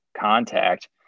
contact